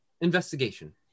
Investigation